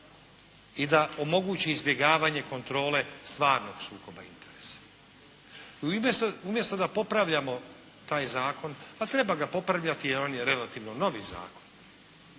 i da omogući izbjegavanje kontrole stvarnog sukoba interesa. Umjesto da popravljamo taj zakon, pa treba ga popravljati jer on je relativno novi zakon